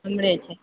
हमरे छी